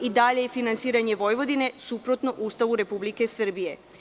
I dalje je finansiranje Vojvodine suprotno Ustavu Republike Srbije.